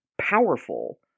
powerful